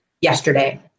yesterday